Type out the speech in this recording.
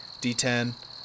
d10